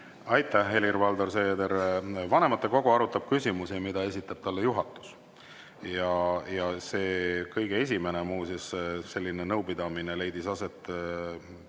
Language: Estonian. Aitäh, Helir-Valdor Seeder! Vanematekogu arutab küsimusi, mida esitab talle juhatus. Kõige esimene selline nõupidamine leidis